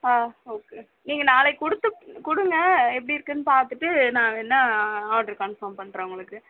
ஆ okay நீங்கள் நாளைக்கு கொடுத்து கொடுங்க எப்படி இருக்குன்னு பார்த்துட்டு நான் வேணா ஆட்ரு கன்ஃபார்ம் பண்ணுறேன் உங்களுக்கு